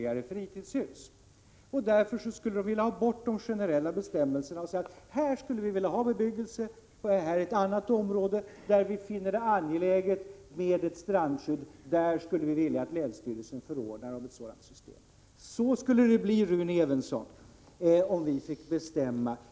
Den kommunens företrädare skulle därför vilja ha bort de generella bestämmelserna för att kunna säga exempelvis: Vi skulle vilja ha bebyggelse på detta område. Men på ett annat område finner vi det angeläget med ett strandskydd. Vi skulle vilja att länsstyrelsen där förordnar om ett sådant system. — Så skulle det bli, Rune Evensson, om vi fick bestämma.